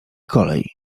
kolej